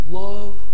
love